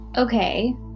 Okay